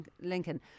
Lincoln